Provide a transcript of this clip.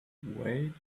wait